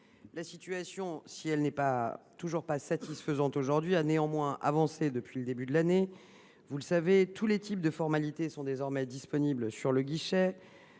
La situation, si elle n’est toujours pas satisfaisante aujourd’hui, s’est améliorée depuis le début de l’année. Vous le savez, tous les types de formalités sont désormais disponibles sur le guichet.